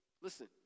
Listen